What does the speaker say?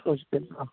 സൂക്ഷിക്കാൻ ആ